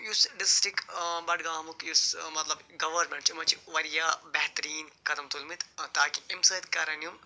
یُس ڈِسٹِک بَڈگامُک یُس مطلب گوٲرمٮ۪ںٛٹ چھِ یِمَو چھِ واریاہ بہتریٖن قدم تُلۍمٕتۍ تاکہ اَمہِ سۭتۍ کَرَن یِم